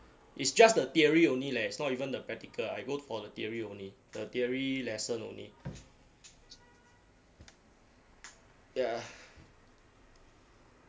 it's just a theory only leh it's not even the practical I go for the theory only the theory lesson only ya